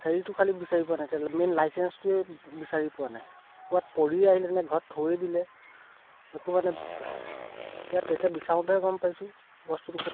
হেৰিটো খালী বিচাৰি পোৱা নাই তে মেইন লাইচেন্সটোৱে বিচাৰি পোৱা নাই ক'ৰবাত পৰি আহিলে নে ঘৰত থৈ দিলে একো মানে ইয়াত এতিয়া বিচাৰোঁতে গম পাইছোঁ বস্তুটো ক'ত